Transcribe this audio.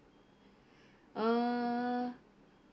uh